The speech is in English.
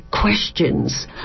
questions